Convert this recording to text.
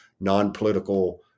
non-political